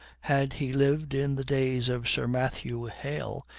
had he lived in the days of sir matthew hale,